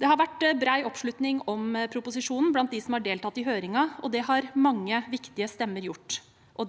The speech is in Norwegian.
Det har vært bred oppslutning om proposisjonen blant dem som har deltatt i høringen, og det har mange viktige stemmer gjort.